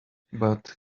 but